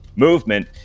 movement